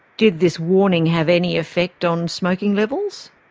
did this warning have any effect on smoking levels?